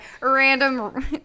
Random